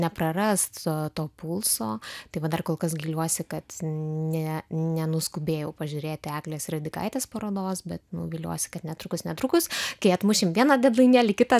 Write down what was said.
neprarast so to pulso tai va dar kol kas gailiuosi kad net nenuskubėjau pažiūrėti eglės radikaitės parodos bet viliuosi kad netrukus netrukus kai atmušim vieną dedlainėlį kitą